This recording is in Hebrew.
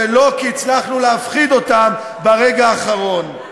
ולא כי הצלחנו להפחיד אותם ברגע האחרון.